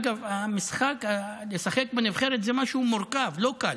אגב המשחק, לשחק בנבחרת זה משהו מורכב, לא קל,